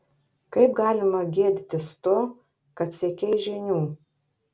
kaip galima gėdytis to kad siekei žinių